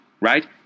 right